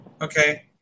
okay